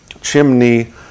Chimney